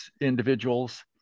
individuals